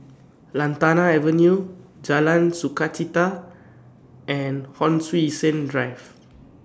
Lantana Avenue Jalan Sukachita and Hon Sui Sen Drive